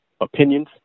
opinions